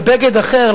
בבגד אחר,